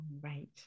right